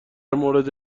مورد